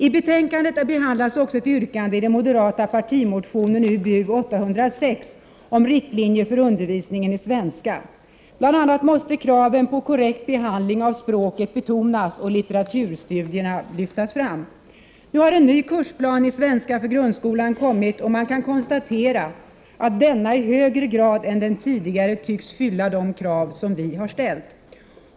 I betänkandet behandlas också ett yrkande i den moderata partimotionen Ub806 om riktlinjer för undervisningen i svenska. Bl.a. måste kraven på korrekt behandling av språket betonas och litteraturstudierna lyftas fram. Nu har en ny kursplan i svenska för grundskolan kommit, och man kan konstatera att denna i högre grad än den tidigare tycks fylla de krav som vi har ställt.